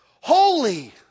holy